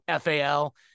FAL